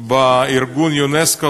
בארגון אונסק"ו,